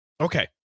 Okay